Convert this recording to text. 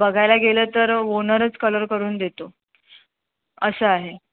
बघायला गेलं तर ओनरच कलर करून देतो असं आहे